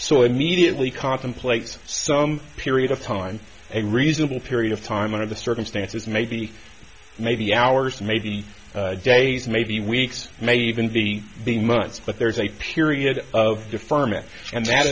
so immediately contemplates some period of time a reasonable period of time one of the circumstances maybe maybe hours maybe days maybe weeks may even be the months but there's a period of deferment and that